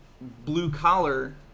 blue-collar